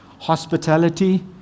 hospitality